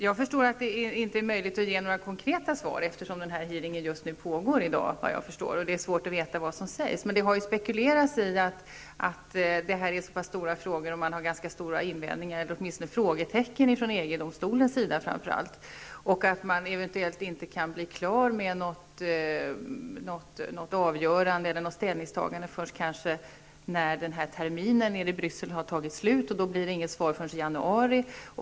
Jag förstår att det inte är möjligt att ge några konkreta svar, eftersom hearingen enligt vad jag förstår pågår just i dag och det är svårt att veta vad som sägs. Men det har ju spekulerats i att det här är så stora frågor och att framför allt EG-domstolen har ganska stora invändningar. Det har sagts att man eventuellt inte kan blir klar med något ställningstagande förrän kanske när den här terminen har tagit slut nere i Bryssel, och då blir det inte något svar förrän i januari.